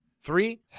Three